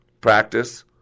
Practice